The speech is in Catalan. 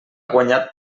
guanyat